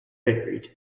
buried